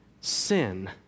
sin